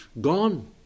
gone